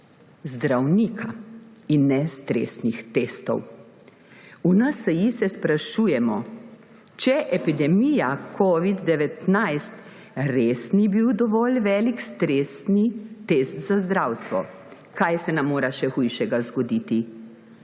zdravnika in ne stresnih testov. V NSi se sprašujemo, ali epidemija covida-19 res ni bila dovolj velik stresni test za zdravstvo. Kaj se nam mora še hujšega zgoditi,